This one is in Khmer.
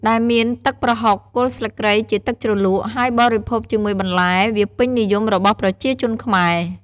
ដែលមានទឹកប្រហុក គល់ស្លឹកគ្រៃជាទឹកជ្រលក់ ហើយបរិភោគជាមួយបន្លែ វាពេញនិយមរបស់ប្រជាជនខ្មែរ។